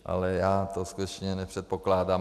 Ale já to skutečně nepředpokládám.